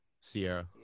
Sierra